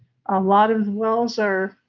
a lot of the wells are,